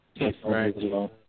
Right